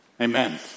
Amen